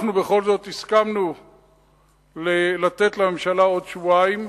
אנחנו בכל זאת הסכמנו לתת לממשלה עוד שבועיים.